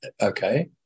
okay